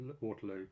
Waterloo